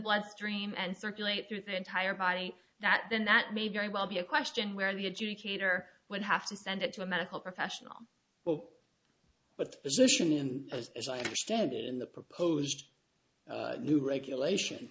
bloodstream and circulate through the entire body that then that may very well be a question where the educator would have to send it to a medical professional but the position as i understand it in the proposed new regulation